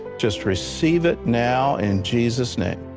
just receive it now in jesus' name.